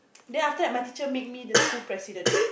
then after that my teacher make me the school president